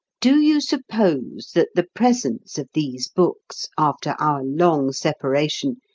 do you suppose that the presence of these books, after our long separation,